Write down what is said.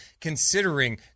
considering